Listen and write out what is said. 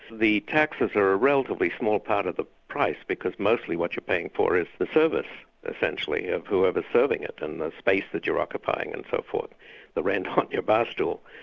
the taxes are a relatively small part of the price, because mostly what you're paying for is the service essentially of whoever's serving it, and the space that you're occupying and so forth the rent on your bar-stool.